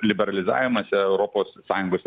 liberalizavimas europos sąjungos